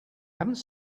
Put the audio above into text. haven’t